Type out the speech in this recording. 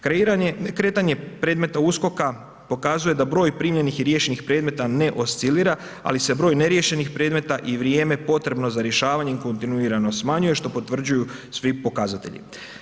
Kretanje predmeta USKOK-a pokazuje da broj primljenih i riješenih predmeta ne oscilira ali se broj neriješenih predmeta i vrijeme potrebno za rješavanje kontinuirano smanjuje što potvrđuju svi pokazatelji.